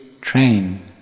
train